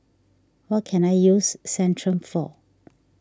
what can I use Centrum for